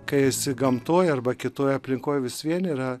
kai esi gamtoj arba kitoj aplinkoj vis vien yra